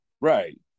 right